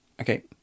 Okay